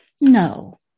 No